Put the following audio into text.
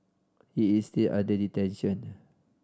he is still under detention